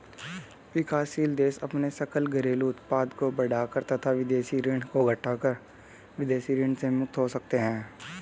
विकासशील देश अपने सकल घरेलू उत्पाद को बढ़ाकर तथा विदेशी ऋण को घटाकर विदेशी ऋण से मुक्त हो सकते हैं